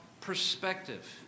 perspective